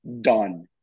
done